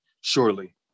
Surely